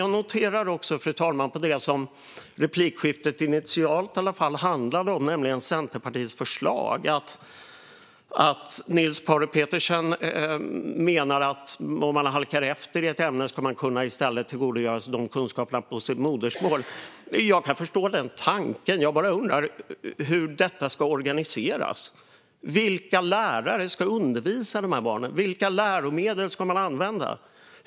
Jag noterar också när det gäller det som replikskiftet initialt i alla fall handlade om, nämligen Centerpartiets förslag, att Niels Paarup-Petersen menar att om man halkar efter i ett ämne ska man i stället kunna tillgodogöra sig dessa kunskaper på sitt modersmål. Jag kan förstå den tanken. Jag bara undrar hur detta ska organiseras. Vilka lärare ska undervisa dessa barn? Vilka läromedel ska man använda?